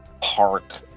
park